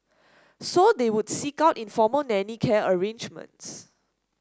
so they would seek out informal nanny care arrangements